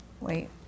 Wait